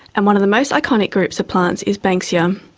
and one of the most iconic groups of plants is banksia. um